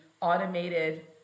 automated